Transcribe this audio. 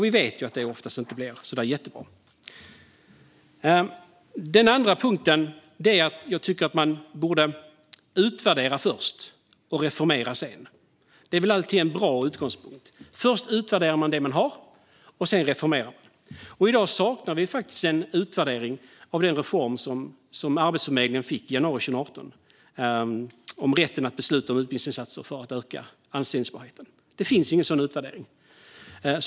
Vi vet ju att det oftast inte blir jättebra. Den andra punkten handlar om att man borde utvärdera först och reformera sedan. Det är väl alltid en bra utgångspunkt. Först utvärderar man det man har, och sedan reformerar man. I dag saknar vi en utvärdering av den reform gällande Arbetsförmedlingen som skedde i januari 2018, om rätten att besluta om utbildningsinsatser för att öka anställbarheten. Det finns ingen sådan utvärdering.